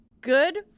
Good